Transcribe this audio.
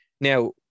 Now